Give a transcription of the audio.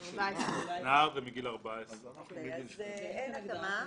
מגיל 14. אם כן, אין התאמה.